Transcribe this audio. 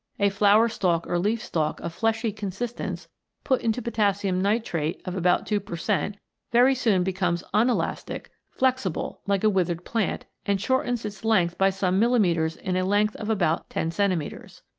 a flower stalk or leaf stalk of fleshy consistence put into potassium nitrate of about two per cent very soon becomes unelastic, flexible, like a withered plant, and shortens its length by some millimetres in a length of about ten centimetres.